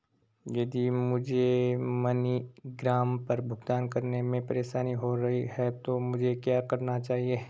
यदि मुझे मनीग्राम पर भुगतान करने में परेशानी हो रही है तो मुझे क्या करना चाहिए?